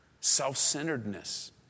self-centeredness